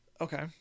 Okay